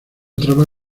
trama